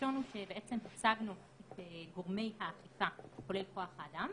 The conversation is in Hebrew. הראשון הוא שבעצם הצגנו את גורמי האכיפה כולל כוח האדם,